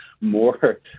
more